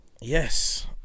Yes